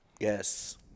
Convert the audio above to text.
Yes